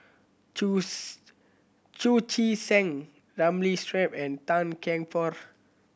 chu Chu Chee Seng Ramli Sarip and Tan Kian Por